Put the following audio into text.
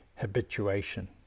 habituation